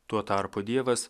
tuo tarpu dievas